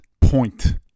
point